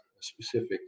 specific